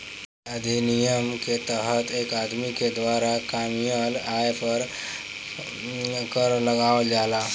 आयकर अधिनियम के तहत एक आदमी के द्वारा कामयिल आय पर कर लगावल जाला